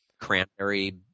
cranberry